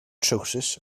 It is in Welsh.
trowsus